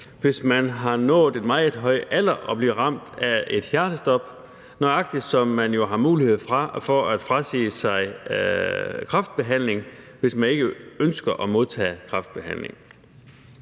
hvis man har nået en meget høj alder og bliver ramt af et hjertestop, nøjagtig som man jo har mulighed for at frasige sig kræftbehandling, hvis man ikke ønsker at modtage kræftbehandling.